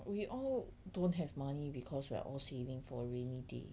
we all don't have money because we are all saving for rainy day